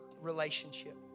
relationship